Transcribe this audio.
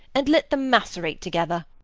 and let them macerate together.